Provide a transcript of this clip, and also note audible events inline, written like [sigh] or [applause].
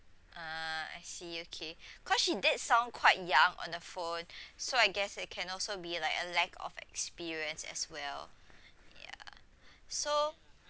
ah I see okay [breath] cause she did sound quite young on the phone [breath] so I guess it can also be like a lack of experience as well ya [breath] so